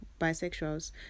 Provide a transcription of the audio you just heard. bisexuals